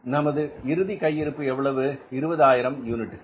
நமது இறுதி கையிருப்பு எவ்வளவு 20000 யூனிட்டுகள்